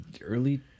early